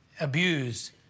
abused